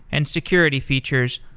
and security features,